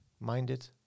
minded